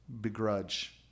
begrudge